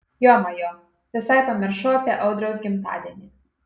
jomajo visai pamiršau apie audriaus gimtadienį